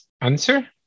answer